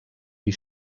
wie